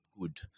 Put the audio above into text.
good